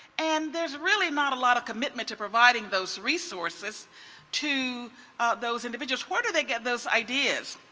and there's really not a lot of commitment to providing those resources to those individuals. where did they get those ideas?